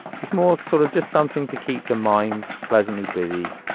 is more sort of just something to keep the mind pleasantly busy